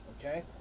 okay